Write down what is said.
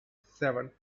seven